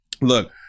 look